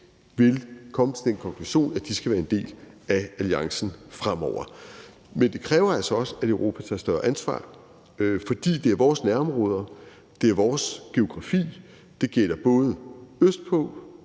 vil komme til den konklusion, at de skal være en del af alliancen fremover. Men det kræver altså også, at Europa tager et større ansvar, fordi det er vores nærområder, det er vores geografi. Det gælder både østpå,